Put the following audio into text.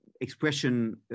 expression